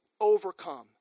overcome